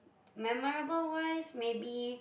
memorable wise maybe